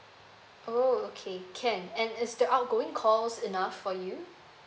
oh okay can and is the outgoing calls enough for you